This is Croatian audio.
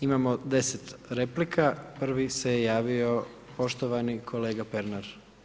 Imamo deset replika, prvi se javio poštovani kolega Pernar.